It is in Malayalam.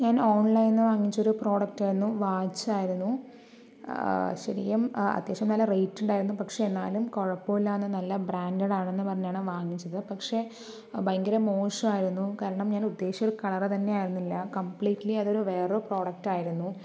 ഞാൻ ഓൺലൈനിൽ നിന്ന് വാങ്ങിച്ച പ്രൊഡക്റ്റായിരുന്നു വാച്ചായിരുന്നു ശെരിക്കും അത്യാവശ്യം നല്ല റേറ്റ് ഉണ്ടായിരുന്നു പക്ഷെ എന്നാലും കുഴപ്പമില്ലാന്ന് നല്ല ബ്രാൻഡെഡാണ് എന്ന് പറഞ്ഞാണ് വാങ്ങിച്ചത് പക്ഷെ ഭയങ്കര മോശമായിരുന്നു കാരണം ഞാൻ ഉദ്ദേശിച്ച ഒരു കളർ തന്നെയായിരുന്നില്ല കംപ്ലീറ്റിലി അത് ഒരു വേറെയൊരു പ്രൊഡക്റ്റായിരുന്നു